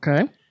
Okay